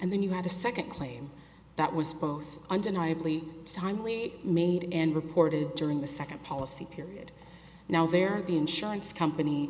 and then you had a second claim that was both undeniably timely made and reported during the second policy period now there the insurance company